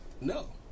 No